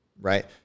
right